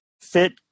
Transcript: fit